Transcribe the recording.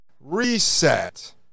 Reset